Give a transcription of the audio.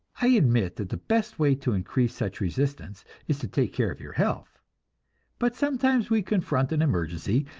i admit that the best way to increase such resistance is to take care of your health but sometimes we confront an emergency,